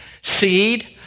seed